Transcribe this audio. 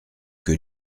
que